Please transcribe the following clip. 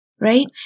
right